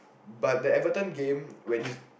but the Everton game when you